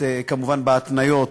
כמובן בהתניות,